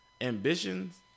ambitions